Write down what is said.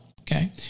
okay